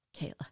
Kayla